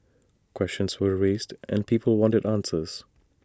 questions were raised and people wanted answers